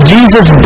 Jesus